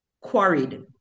quarried